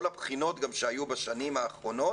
כל הבחינות שהיו בשנים האחרונות,